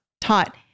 taught